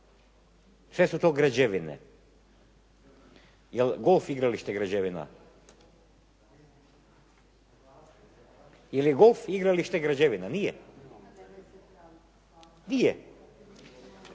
sve su to građevine. Je li golf igralište građevina? Je li golf igralište građevina? Nije. Nije.